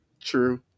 true